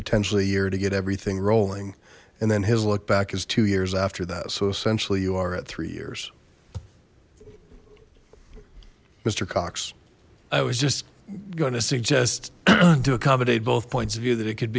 potentially a year to get everything rolling and then his look back is two years after that so essentially you are at three years mister cox i was just going to suggest to accommodate both points of view that it could